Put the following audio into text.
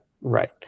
Right